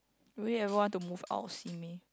will you ever want to move out of Simei